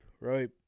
right